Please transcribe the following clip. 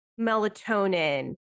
melatonin